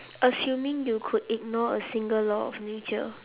assuming you could ignore a single law of nature